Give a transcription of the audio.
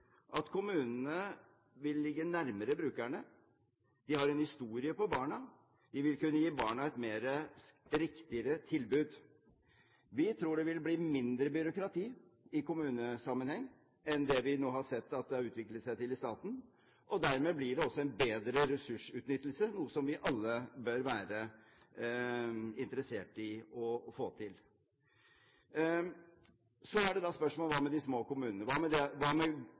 at kommunene vil ligge nærmere brukerne. De har en historie for barna. De vil kunne gi barna et riktigere tilbud. Vi tror det vil bli mindre byråkrati i kommunesammenheng enn det vi nå har sett at har utviklet seg i staten. Dermed blir det også en bedre ressursutnyttelse, noe som vi alle bør være interessert i å få til. Så er da spørsmålet: Hva med de små kommunene? Hva med det